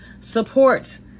support